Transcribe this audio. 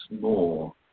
more